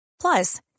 Plus